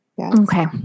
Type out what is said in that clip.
Okay